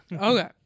Okay